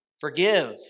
Forgive